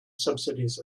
subsidies